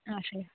आशयः